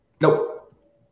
Nope